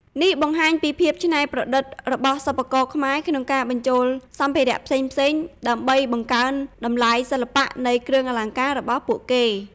នេះបង្ហាញពីភាពច្នៃប្រឌិតរបស់សិប្បករខ្មែរក្នុងការបញ្ចូលសម្ភារៈផ្សេងៗដើម្បីបង្កើនតម្លៃសិល្បៈនៃគ្រឿងអលង្ការរបស់ពួកគេ។